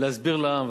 להסביר לעם,